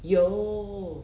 有